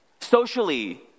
Socially